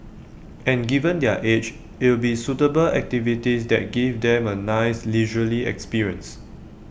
and given their age it'll be suitable activities that give them A nice leisurely experience